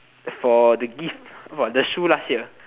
for the gift for the shoes last year